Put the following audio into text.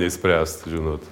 išspręst žinot